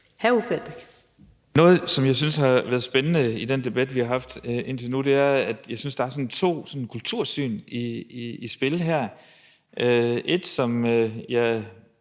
19:49 Uffe Elbæk (UFG): Noget, som jeg synes har været spændende i den debat, vi har haft indtil nu, er, at der er to kultursyn i spil her – et, som jeg